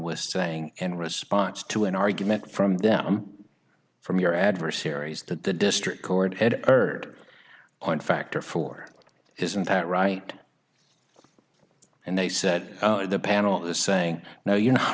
ts saying in response to an argument from them from your adversaries that the district court had heard one factor for isn't that right and they said the panel is saying now you know